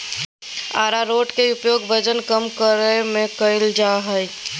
आरारोट के उपयोग वजन कम करय में कइल जा हइ